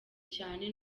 cyane